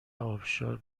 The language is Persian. ابشار